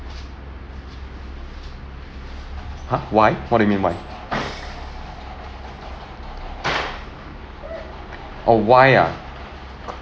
!huh! why what do you mean why oh why ah